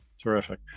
Terrific